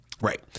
right